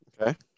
Okay